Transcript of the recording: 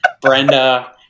Brenda